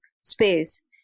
space